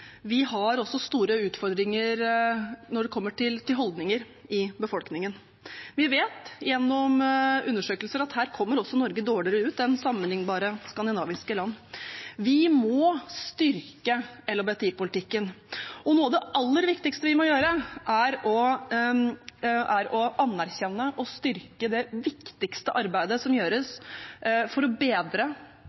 at vi også har store utfordringer når det kommer til holdninger i befolkningen. Vi vet gjennom undersøkelser at her kommer også Norge dårligere ut enn sammenlignbare skandinaviske land. Vi må styrke LHBTI-politikken, og noe av det aller viktigste vi må gjøre, er å anerkjenne og styrke det viktigste arbeidet som gjøres for å bedre